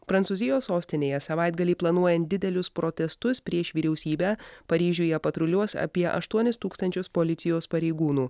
prancūzijos sostinėje savaitgalį planuojant didelius protestus prieš vyriausybę paryžiuje patruliuos apie aštuonis tūkstančius policijos pareigūnų